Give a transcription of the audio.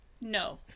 no